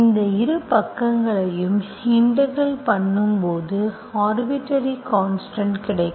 இந்த இரு பக்கங்களையும் இன்டெக்ரல் பண்ணும் போது ஆர்பிட்டர்ரி கான்ஸ்டன்ட் கிடைக்கும்